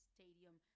Stadium